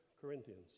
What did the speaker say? Corinthians